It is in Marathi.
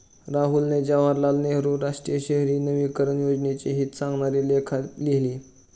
राहुलने जवाहरलाल नेहरू राष्ट्रीय शहरी नवीकरण योजनेचे हित सांगणारा लेख लिहिला